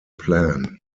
plan